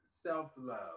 self-love